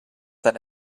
that